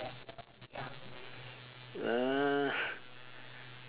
uh